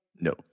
No